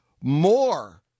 more